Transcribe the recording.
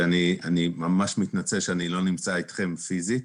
אני ממש מתנצל שאני לא נמצא אתכם פיזית.